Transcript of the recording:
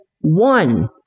one